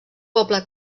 poble